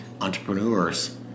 entrepreneurs